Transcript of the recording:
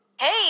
Hey